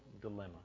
Dilemma